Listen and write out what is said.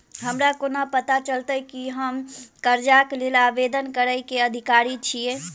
हमरा कोना पता चलतै की हम करजाक लेल आवेदन करै केँ अधिकारी छियै?